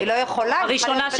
אני לא באה אליך